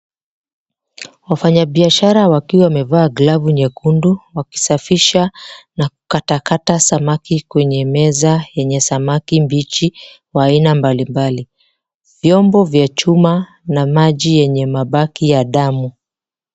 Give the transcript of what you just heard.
Wafanya biashara wakiwa wamevaa glovu nyekundu wakisafisha na kukatakata samaki kwenye meza yenye samaki mbichi wa aina mbalimbali. Vyombo vya chuma na maji yenye mabaki ya damu.